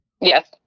Yes